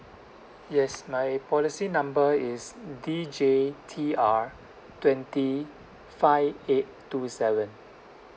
yes my policy number is D J T R twenty five eight two seven